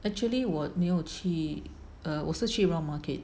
actually 我没有去 err 我是去 round market